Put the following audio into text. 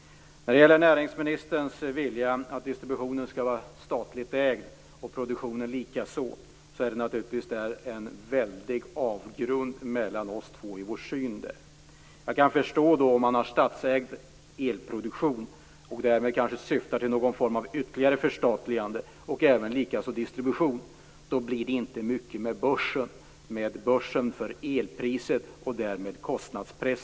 När det gäller näringsministerns vilja att distributionen, liksom produktionen, skall vara statligt ägd finns det en väldig avgrund mellan näringsministerns och min uppfattning. Jag kan förstå att det, om det är statsägd elproduktion och distribution och man kanske syftar till någon form av ytterligare förstatligande, inte blir så mycket av det här med börsen, med tanke på elpriset och därmed kostnadspressen.